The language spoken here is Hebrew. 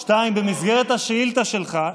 2. במסגרת השאילתה שלך,